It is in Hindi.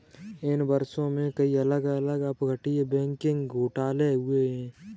इन वर्षों में, कई अलग अलग अपतटीय बैंकिंग घोटाले हुए हैं